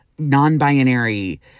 non-binary